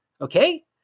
Okay